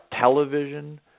television